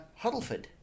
Huddleford